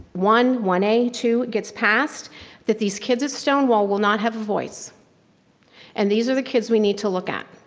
one, one a, two gets past that these kids is stonewall will not have a voice and these are the kids we need to look at.